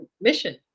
mission